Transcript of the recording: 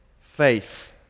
faith